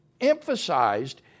emphasized